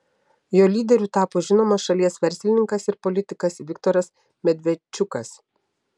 jo lyderiu tapo žinomas šalies verslininkas ir politikas viktoras medvedčiukas